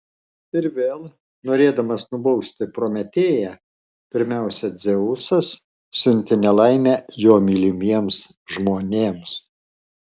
ir vėl norėdamas nubausti prometėją pirmiausia dzeusas siuntė nelaimę jo mylimiems žmonėms